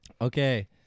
Okay